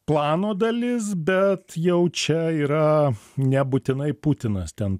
plano dalis bet jau čia yra nebūtinai putinas ten